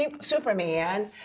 Superman